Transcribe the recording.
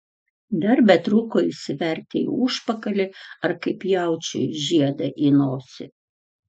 dar betrūko įsiverti į užpakalį ar kaip jaučiui žiedą į nosį